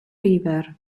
river